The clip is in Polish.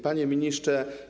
Panie Ministrze!